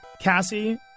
Cassie